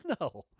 No